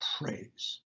praise